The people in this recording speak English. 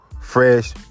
fresh